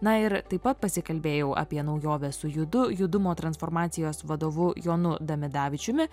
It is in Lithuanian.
na ir taip pat pasikalbėjau apie naujoves su judu judumo transformacijos vadovu jonu damidavičiumi